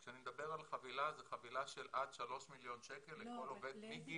כשאני מדבר על חבילה זה חבילה של עד שלושה מיליון שקל לכל עובד מגיל